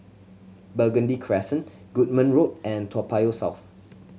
Burgundy Crescent Goodman Road and Toa Payoh South